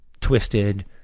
twisted